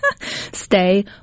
stay